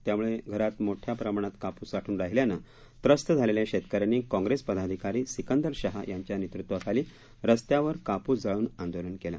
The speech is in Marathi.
त्यामुळे घरात मोठ्या प्रमाणात कापूस साठून राहिल्यानं त्रस्त झालेल्या शेतकऱ्यांनी काँप्रेस पदाधिकारी सिकंदर शहा यांच्या नेतृत्वाखाली रस्त्यावर कापूस जाळून आंदोलन केलं